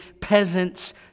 peasants